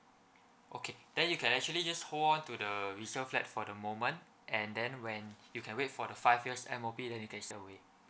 okay then you can actually just hold onto the resale that for the moment and then when you can wait for the five years M_O_P then you can sell away